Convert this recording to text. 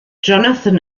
jonathan